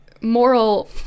moral